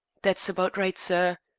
that's about right, sir.